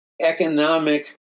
economic